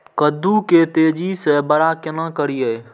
कद्दू के तेजी से बड़ा केना करिए?